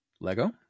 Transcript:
Lego